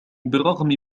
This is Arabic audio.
بالرغم